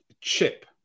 chip